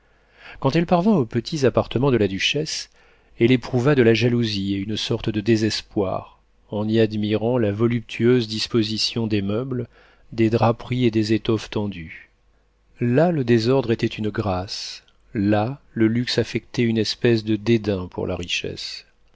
quand elle parvint aux petits appartements de la duchesse elle éprouva de la jalousie et une sorte de désespoir en y admirant la voluptueuse disposition des meubles des draperies et des étoffes tendues là le désordre était une grâce là le luxe affectait une espèce de dédain pour la richesse